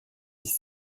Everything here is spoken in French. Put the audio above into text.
dix